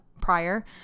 prior